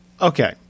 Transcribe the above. Okay